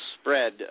spread